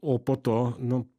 o po to nu